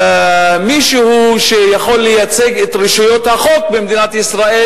מישהו שיכול לייצג את רשויות החוק במדינת ישראל,